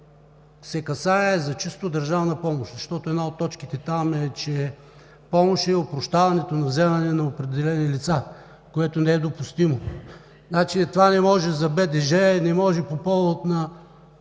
се касае за чисто държавна помощ, защото една от точките там е, че „помощ“ е опрощаването на вземания на определени лица, което не е допустимо. Значи това не може за БДЖ, не може по повод на